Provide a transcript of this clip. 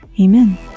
Amen